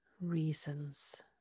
reasons